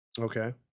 Okay